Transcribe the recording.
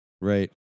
Right